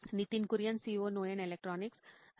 Nitin Kurian COO నోయిన్ electronics right